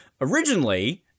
originally